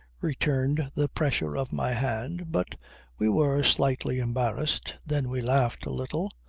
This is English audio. returned the pressure of my hand, but we were slightly embarrassed. then we laughed a little.